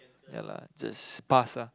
ya lah just pass ah